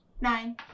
Nine